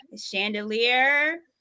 chandelier